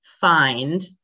find